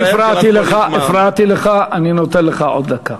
אני הפרעתי לך, אני נותן לך עוד דקה.